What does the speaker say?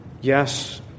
Yes